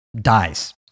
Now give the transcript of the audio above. dies